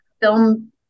film